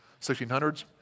1600s